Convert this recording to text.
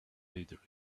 leader